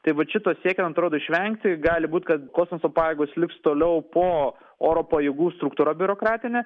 tai vat šito siekio man atrodo išvengti gali būt kad kosmoso pajėgos liks toliau po oro pajėgų struktūra biurokratine